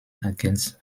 against